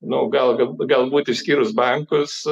nu gal galbūt išskyrus bankus